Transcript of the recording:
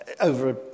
over